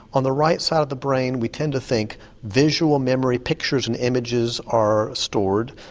on the right side of the brain we tend to think visual memory pictures and images are stored.